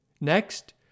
Next